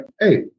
hey